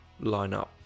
lineup